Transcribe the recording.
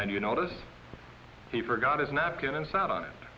you notice he forgot his napkin and sat on it